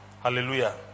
Hallelujah